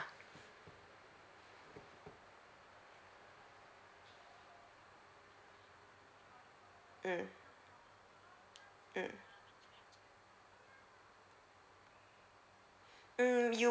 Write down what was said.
mm mm mm you